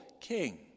king